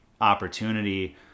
opportunity